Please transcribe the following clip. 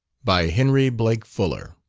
by henry blake fuller